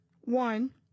one